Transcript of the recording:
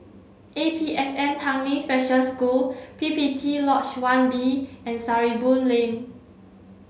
A P S N Tanglin Special School P P T Lodge one B and Sarimbun Lane